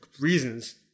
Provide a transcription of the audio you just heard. reasons